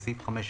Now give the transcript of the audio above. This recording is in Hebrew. בסעיף 5,